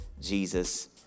Jesus